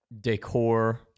decor